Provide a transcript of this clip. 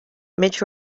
mitch